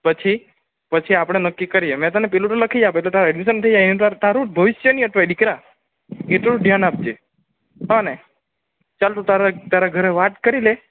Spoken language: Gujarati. પછી પછી આપણે નક્કી કરીએ મેં તને પેલું તો લખી આપે તો તારું એડમિશન તો થઈ જાહે એની તાં તારું ભવિષ્ય નહીં અટવાય દીકરા એટલું ધ્યાન આપજે હેંને ચાલ તું તારા ઘરે વાત કરી લે